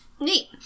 Neat